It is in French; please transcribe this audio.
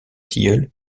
tilleul